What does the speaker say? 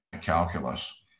calculus